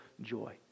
joy